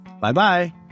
Bye-bye